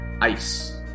Ice